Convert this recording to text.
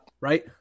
right